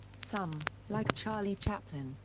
some, like charlie chaplin,